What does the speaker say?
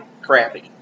crappy